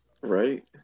Right